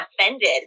offended